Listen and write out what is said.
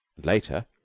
later,